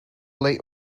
late